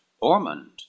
Ormond